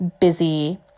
busy